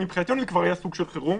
מבחינתנו זה כבר היה סוג של חירום,